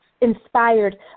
inspired